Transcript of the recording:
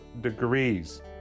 degrees